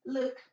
Look